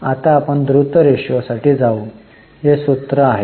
आता आपण द्रुत रेशोसाठी जाऊ जे सूत्र काय